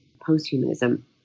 post-humanism